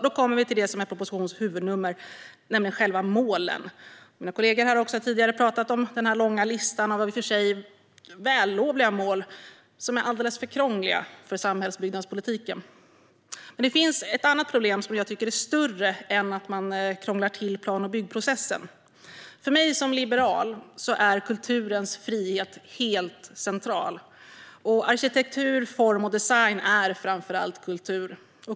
Då kommer vi till det som är propositionens huvudnummer, nämligen själva målen. Mina kollegor har tidigare talat om den långa listan med i och för sig vällovliga mål som dock är alldeles för krångliga för samhällsbyggnadspolitiken. Men det finns ett annat problem som jag tycker är större än att man krånglar till plan och byggprocessen. För mig som liberal är kulturens frihet helt central, och arkitektur, form och design är framför allt kultur.